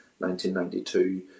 1992